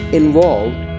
involved